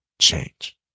change